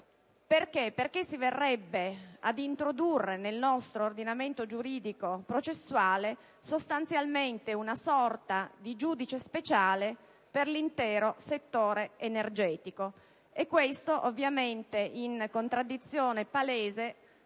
verrebbe, infatti, ad introdurre nel nostro ordinamento giuridico processuale sostanzialmente una sorta di giudice speciale per l'intero settore energetico. Questo, ovviamente, in contraddizione palese